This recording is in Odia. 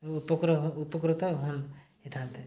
ଉପକୃତ ଉପକୃତ ହୁଅ ହେଇଥାନ୍ତେ